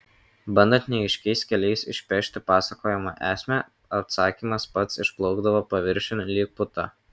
bandant neaiškiais keliais išpešti pasakojimo esmę atsakymas pats išplaukdavo paviršiun lyg puta